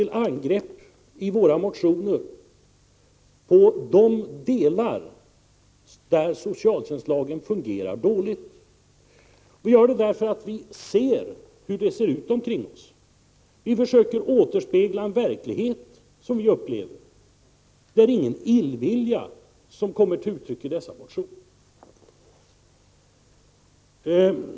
Vi går i våra motioner till angrepp mot de delar av socialtjänstlagen som fungerar dåligt. Vi gör det därför att vi ser hur det ser ut omkring oss. Vi försöker återspegla en verklighet, såsom vi upplever den. Det är ingen illvilja som kommer till uttryck i dessa motioner.